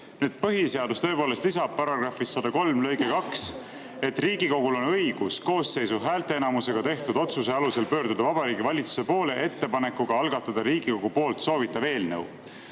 Põhiseadus tõepoolest lisab § 103 lõikes 2, et Riigikogul on õigus koosseisu häälteenamusega tehtud otsuse alusel pöörduda Vabariigi Valitsuse poole ettepanekuga algatada Riigikogu poolt soovitav eelnõu.